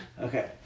Okay